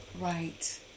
Right